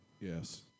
Yes